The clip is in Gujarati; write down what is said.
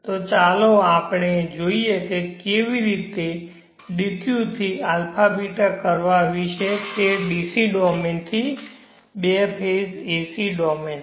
તો ચાલો આપણે જોઈએ કે કેવી રીતે dq થી α ß કરવા વિશે તે dc ડોમેન થી બે ફેઝ ac ડોમેન